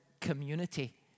community